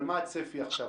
אבל מה הצפי עכשיו?